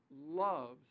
loves